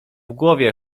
głowie